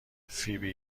فیبی